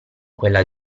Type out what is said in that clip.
quella